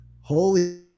holy